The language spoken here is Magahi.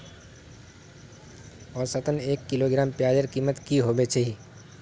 औसतन एक किलोग्राम प्याजेर कीमत की होबे चही?